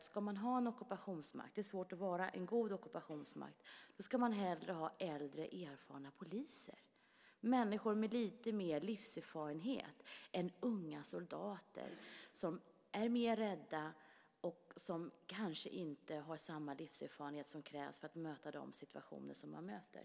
När det gäller hur man ska jobba mot sådant har jag ibland sagt så här: Ska man ha en ockupationsmakt så ska man hellre ha äldre, erfarna poliser, människor med lite mer livserfarenhet än unga soldater, som är räddare och som kanske inte har den livserfarenhet som krävs för att möta de situationer som man möter.